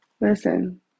Listen